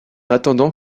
attendant